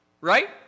Right